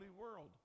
world